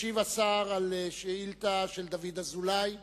ישיב השר על שאילתא של דוד אזולאי בנושא: